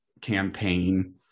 campaign